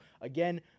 again